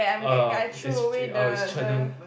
err it's it's uh churning